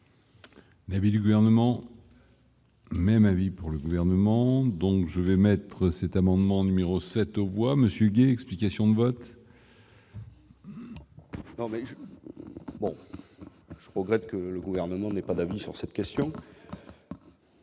avait du gouvernement. Même avis pour le gouvernement, donc je vais mettre cet amendement numéro 7 au revoir monsieur Guy, explications de vote.